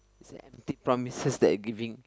is a empty promises that giving